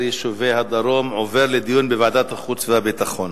יישובי הדרום עובר לדיון בוועדת החוץ והביטחון.